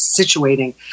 situating